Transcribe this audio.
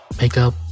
makeup